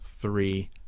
three